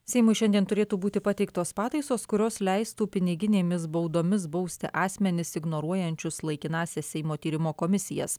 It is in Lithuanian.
seimui šiandien turėtų būti pateiktos pataisos kurios leistų piniginėmis baudomis bausti asmenis ignoruojančius laikinąsias seimo tyrimo komisijas